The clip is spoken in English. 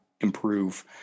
improve